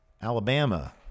Alabama